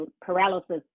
paralysis